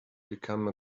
become